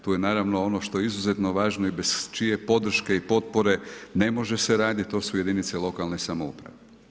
Tu je naravno ono što je izuzetno važno i bez čije podrške i potpore ne može se radit, to su jedinice lokalne samouprave.